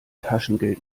taschengeld